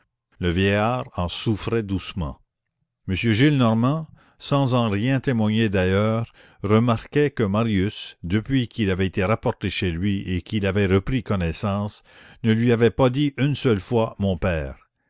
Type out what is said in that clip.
le vieillard en souffrait doucement m gillenormand sans en rien témoigner d'ailleurs remarquait que marius depuis qu'il avait été rapporté chez lui et qu'il avait repris connaissance ne lui avait pas dit une seule fois mon père